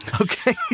Okay